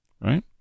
right